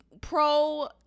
pro